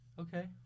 Okay